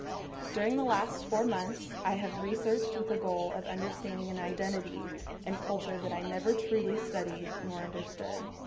during the last four months, i have researched with a goal of understanding an identity and culture that i never truly studied nor understood.